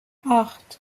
acht